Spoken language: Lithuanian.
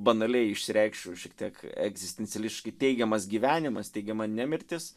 banaliai išsireikšiu šiek tiek egzistencialistiškai teigiamas gyvenimas teigiama nemirtis